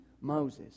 Moses